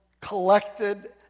collected